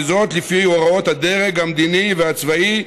וזאת לפי הוראות הדרג המדיני והצבאי,